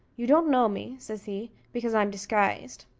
you don't know me, says he, because i'm disguised.